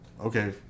okay